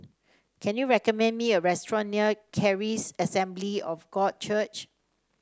can you recommend me a restaurant near Charis Assembly of God Church